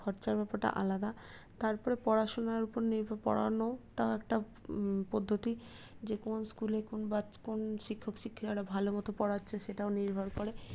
খরচার ব্যাপারটা আলাদা তারপরে পড়াশোনার উপর নির্ভর পড়ানোটা একটা পদ্ধতি যে কোন স্কুলে কোন বাচ্চা কোন শিক্ষক শিক্ষিকারা ভালো মতো পড়াচ্ছে সেটাও নির্ভর করে